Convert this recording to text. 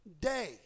day